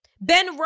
Ben